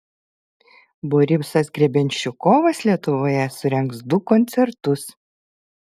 borisas grebenščikovas lietuvoje surengs du koncertus